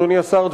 אדוני השר,